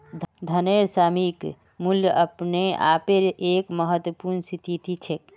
धनेर सामयिक मूल्य अपने आपेर एक महत्वपूर्ण स्थिति छेक